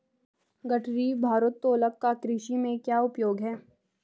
गठरी भारोत्तोलक का कृषि में क्या उपयोग है?